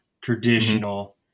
traditional